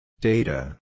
Data